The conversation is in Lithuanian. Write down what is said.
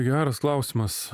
geras klausimas